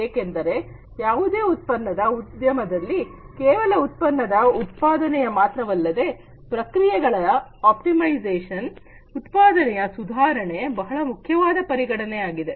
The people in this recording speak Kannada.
ಏಕೆಂದರೆ ಯಾವುದೇ ಉತ್ಪನ್ನದ ಉದ್ಯಮದಲ್ಲಿ ಕೇವಲ ಉತ್ಪನ್ನದ ಉತ್ಪಾದನೆ ಮಾತ್ರವಲ್ಲದೆ ಪ್ರಕ್ರಿಯೆಗಳ ಆಪ್ಟಿಮೈಸೇಶನ್ ಉತ್ಪಾದನೆಯ ಸುಧಾರಣೆ ಬಹಳ ಮುಖ್ಯವಾದ ಪರಿಗಣನೆ ಆಗಿದೆ